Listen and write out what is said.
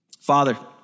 Father